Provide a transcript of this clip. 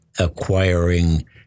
acquiring